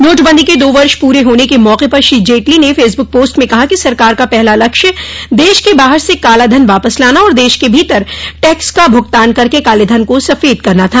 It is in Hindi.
नोटबंदी के दो वर्ष पूरे होने के मौके पर श्री जेटली ने फेसबुक पोस्ट में कहा कि सरकार का पहला लक्ष्य देश के बाहर से कालाधन वापस लाना और देश के भीतर टैक्स का भुगतान करके कालेधन को सफेद करना था